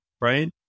right